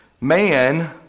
Man